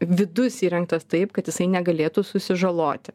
vidus įrengtas taip kad jisai negalėtų susižaloti